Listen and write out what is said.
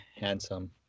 handsome